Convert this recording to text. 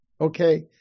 Okay